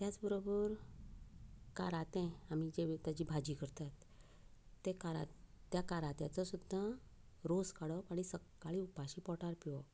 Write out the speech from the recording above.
त्याच बरोबर कारातें आमी जे ताची भाजी करतात तें कारातें त्या कारात्याचो सुद्दां रोस काडप आनी सकाळीं उपाशी पोटार पिवप